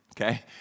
Okay